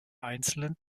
einzelnen